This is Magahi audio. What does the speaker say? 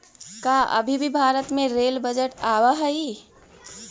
का अभी भी भारत में रेल बजट आवा हई